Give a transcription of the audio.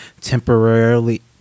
temporarily